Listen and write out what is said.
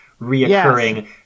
reoccurring